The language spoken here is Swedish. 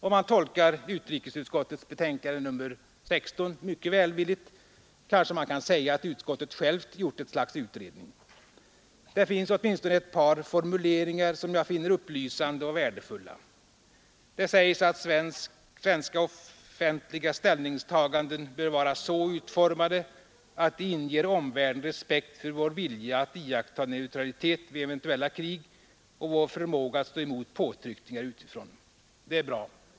Om man tolkar utrikesutskottets betänkande nr 16 mycket välvilligt, kanske man kan säga att utskottet självt gjort ett slags utredning. Det finns åtminstone ett par formuleringar som jag finner upplysande och värdefulla. Det sägs att svenska offentliga ställningstaganden bör vara så utformade att ”de inger omvärlden respekt för vår vilja att iaktta neutralitet vid eventuella krig och vår förmåga att stå emot påtryckningar utifrån”. Det är bra.